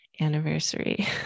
anniversary